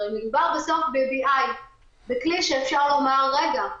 הרי מדובר בסוף ב-BI, בכלי שאפשר לומר: רגע,